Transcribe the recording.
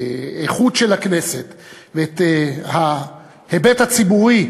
האיכות של הכנסת ואת ההיבט הציבורי,